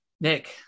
Nick